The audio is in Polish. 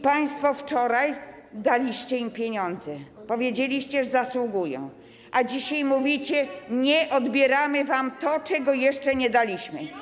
Państwo wczoraj daliście im pieniądze, powiedzieliście, że zasługują, a dzisiaj mówicie: nie, odbieramy wam to, czego jeszcze nie daliśmy.